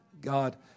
God